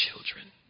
children